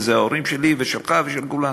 ואלה ההורים שלי ושלך ושל כולנו.